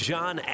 John